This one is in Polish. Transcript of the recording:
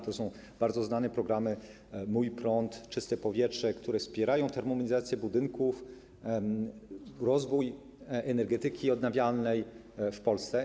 To są bardzo znane programy „Mój prąd”, „Czyste powietrze”, które wspierają termomodernizację budynków, rozwój energetyki odnawialnej w Polsce.